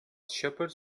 shepherds